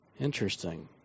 Interesting